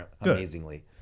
Amazingly